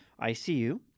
ICU